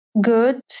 good